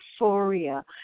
euphoria